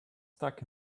stuck